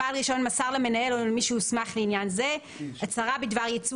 "בעל רישיון מסר למנהל או למי שהוסמך לעניין זה הצהרה בדבר ייצוא